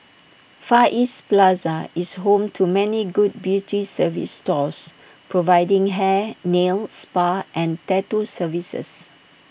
far east plaza is home to many good beauty service stores providing hair nail spa and tattoo services